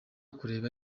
kureba